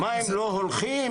מה, הם לא הולכים?